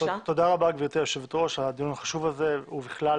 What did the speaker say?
תודה רבה גבירתי היושבת ראש על הדיון החשוב הזה ובכלל.